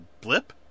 blip